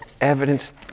evidence